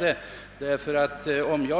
Enligt min tolkning